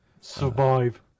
Survive